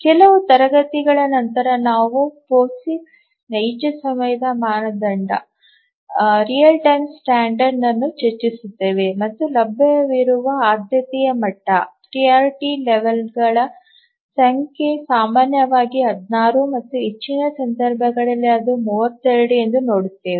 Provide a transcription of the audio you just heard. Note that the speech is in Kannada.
ಕೆಲವು ತರಗತಿಗಳ ನಂತರ ನಾವು ಪೊಸಿಕ್ಸ್ ನೈಜ ಸಮಯದ ಮಾನದಂಡವನ್ನು ಚರ್ಚಿಸುತ್ತೇವೆ ಮತ್ತು ಲಭ್ಯವಿರುವ ಆದ್ಯತೆಯ ಮಟ್ಟಗಳ ಸಂಖ್ಯೆ ಸಾಮಾನ್ಯವಾಗಿ 16 ಮತ್ತು ಕೆಲವು ಸಂದರ್ಭಗಳಲ್ಲಿ ಅದು 32 ಎಂದು ನೋಡುತ್ತೇವೆ